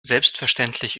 selbstverständlich